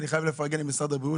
אני חייב לפרגן למשרד הבריאות,